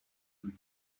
and